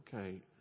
okay